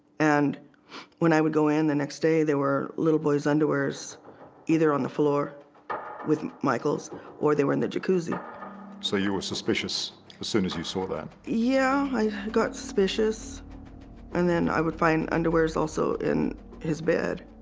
and when i would go in the next day there were little boys underwears either on the floor with michaels or they were in the jacuzzi so you were suspicious as soon as you saw that? yeah, i got suspicious and then i would find underwears also in his bed.